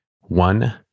one-